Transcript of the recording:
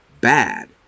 bad